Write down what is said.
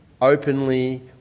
openly